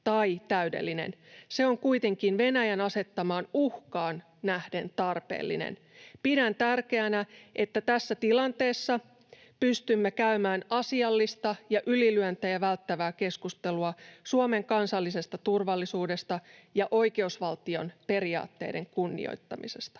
Se on kuitenkin Venäjän asettamaan uhkaan nähden tarpeellinen. Pidän tärkeänä, että tässä tilanteessa pystymme käymään asiallista ja ylilyöntejä välttävää keskustelua Suomen kansallisesta turvallisuudesta ja oikeusvaltion periaatteiden kunnioittamisesta.